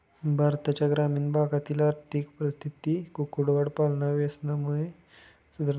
भारताच्या ग्रामीण भागातील आर्थिक परिस्थिती कुक्कुट पालन व्यवसायाने सुधारत आहे